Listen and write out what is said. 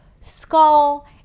skull